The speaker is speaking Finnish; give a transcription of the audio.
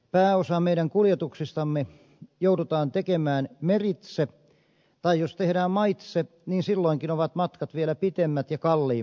pääosa meidän kuljetuksistamme joudutaan tekemään meritse tai jos tehdään maitse niin silloin ovat matkat vielä pitemmät ja kalliimmat